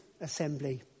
assembly